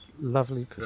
Lovely